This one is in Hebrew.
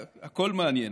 הכול מעניין.